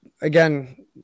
Again